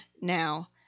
now